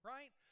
Right